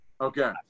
Okay